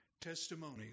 testimony